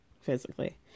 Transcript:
physically